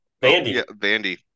Bandy